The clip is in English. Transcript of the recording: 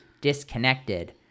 disconnected